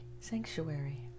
sanctuary